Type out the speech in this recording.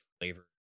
flavor